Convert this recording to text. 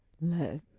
let